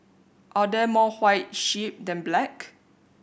are there more white sheep than black